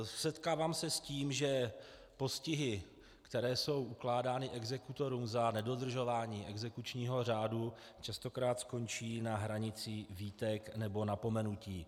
Setkávám se s tím, že postihy, které jsou ukládány exekutorům za nedodržování exekučního řádu, častokrát skončí na hranici výtek nebo napomenutí.